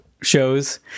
shows